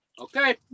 Okay